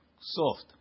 soft